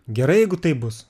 gerai jeigu taip bus